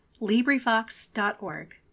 LibriVox.org